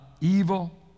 evil